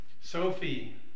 Sophie